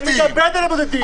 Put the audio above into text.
אתה מתאבד על הבודדים.